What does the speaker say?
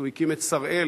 הוא הקים את "שר-אל",